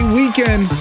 weekend